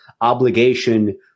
Obligation